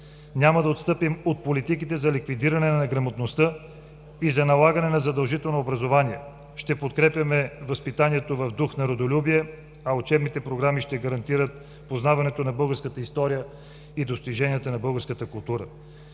Няма да отстъпим от политиките за ликвидиране на неграмотността и за налагане на задължително образование. Ще подкрепяме възпитанието в дух на родолюбие, а учебните програми ще гарантират познаването на българската история и достиженията на българската култура.